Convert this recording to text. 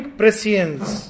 prescience